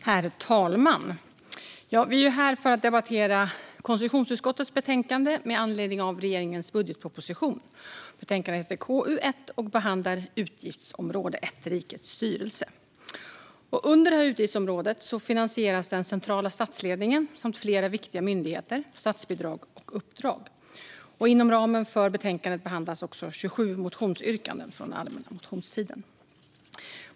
Herr talman! Vi är här för att debattera konstitutionsutskottets betänkande med anledning av regeringens budgetproposition. Betänkandet heter KU1 och behandlar utgiftsområde 1 Rikets styrelse. Under detta utgiftsområde finansieras den centrala statsledningen samt flera viktiga myndigheter, statsbidrag och uppdrag. Inom ramen för betänkandet behandlas också 27 motionsyrkanden från den allmänna motionstiden.